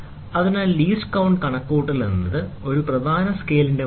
അതിനാൽ least count കണക്കുകൂട്ടൽ ഒരു പ്രധാന സ്കെയിൽ ഡിവിഷന്റെ മൂല്യം